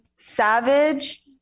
savage